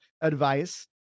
advice